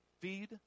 Feed